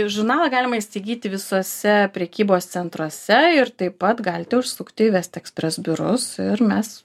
žurnalą galima įsigyti visuose prekybos centruose ir taip pat galite užsukti į vest ekspres biurus ir mes